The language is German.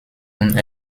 und